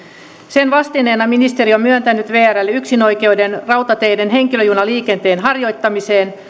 sen vastineena ministeriö on myöntänyt vrlle yksinoikeuden rautateiden henkilöjunaliikenteen harjoittamiseen